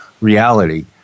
reality